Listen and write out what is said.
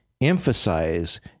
emphasize